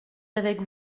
avec